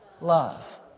Love